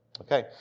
Okay